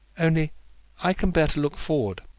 only i can bear to look forward,